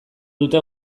dute